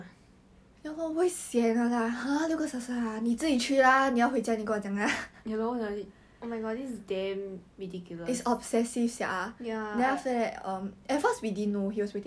like 做什么你要这样子 leh it's not like 她背叛你还是什么 and it's not like 她是唯一一个女孩子有我 what 我不是女孩子 ah 我是 what then 做什么 it's not like she's the only girl what